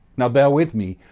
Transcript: now, bare with me.